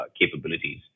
capabilities